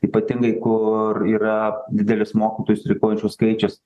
ypatingai kur yra didelis mokytojų streikuojančių skaičius